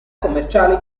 commerciali